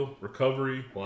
Recovery